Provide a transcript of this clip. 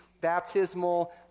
baptismal